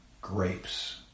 grapes